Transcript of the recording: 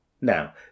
Now